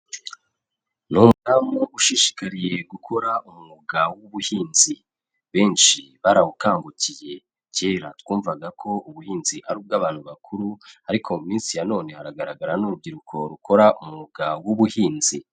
Ni umudamu ushishikariye gukora umwuga w'ubuhinzi benshi barawukangukiye kera twumvaga ko ubuhinzi ari ubw'abantu bakuru ariko mu minsi ya none hagaragara n'urubyiruko rukora umwuga wubuhinzi